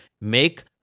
make